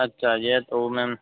अच्छा यह तो मेम